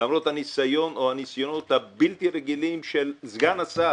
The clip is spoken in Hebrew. או הניסיונות הבלתי רגילים של סגן השר